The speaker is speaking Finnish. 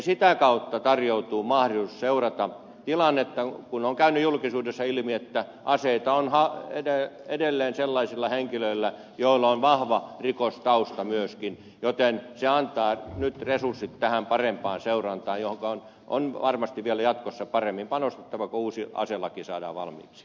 sitä kautta tarjoutuu mahdollisuus seurata tilannetta kun on käynyt julkisuudessa ilmi että aseita on edelleen sellaisilla henkilöillä joilla on vahva rikostausta myöskin joten se antaa nyt resurssit tähän parempaan seurantaan johonka on varmasti vielä jatkossa paremmin panostettava kun uusi aselaki saadaan valmiiksi